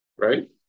Right